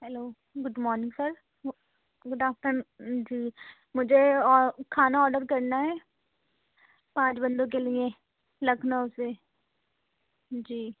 hello good morning sir good after جی مجھے کھانا آڈر کرنا ہے پانچ بندوں کے لیے لکھنؤ سے جی